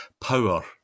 power